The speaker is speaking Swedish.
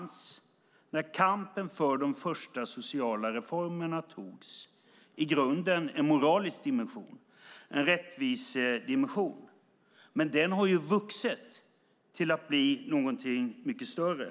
När kampen för de första sociala reformerna togs fanns det i grunden en moralisk dimension, en rättvisedimension. Men den har vuxit till att bli någonting mycket större.